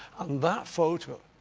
and that photo,